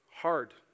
hard